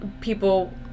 people